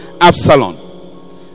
Absalom